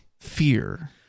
fear